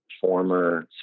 former